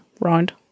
round